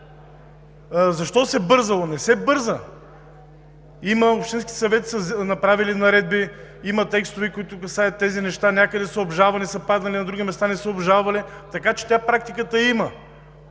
Защо се бързало? Не се бърза! Има общински съвети с направени наредби, има текстове, които касаят тези неща, някъде са обжалвани и са отпаднали, на други места не са обжалвали, така че практиката я има.